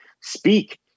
speak